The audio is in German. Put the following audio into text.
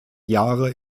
jahre